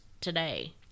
today